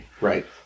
Right